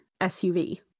SUV